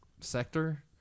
Sector